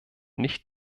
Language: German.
nicht